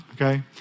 Okay